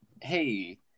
hey